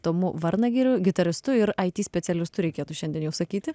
tomu varnagiriu gitaristu ir it specialistu reikėtų šiandien jau sakyti